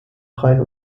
freien